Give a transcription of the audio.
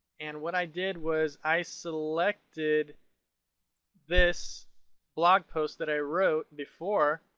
and what i did was i selected this blog post that i wrote before